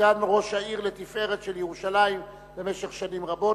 סגן ראש העיר לתפארת של ירושלים במשך שנים רבות,